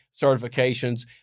certifications